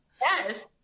Yes